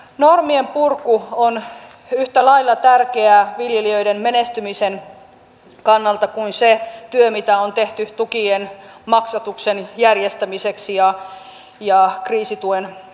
normien purku on yhtä lailla tärkeää viljelijöiden menestymisen kannalta kuin se työ mitä on tehty tukien maksatuksen järjestämiseksi ja kriisituen hommaamiseksi